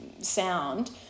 sound